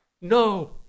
No